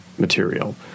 material